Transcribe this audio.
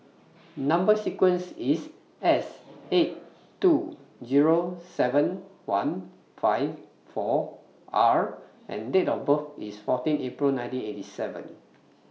Number sequence IS S eight two Zero seven one fifty four R and Date of birth IS fourteen April nineteen eight seven